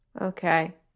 Okay